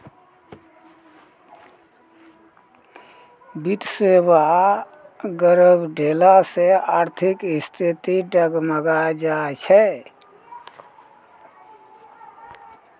वित्तीय सेबा गड़बड़ैला से आर्थिक स्थिति डगमगाय जाय छै